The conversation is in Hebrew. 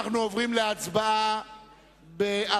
להצבעה על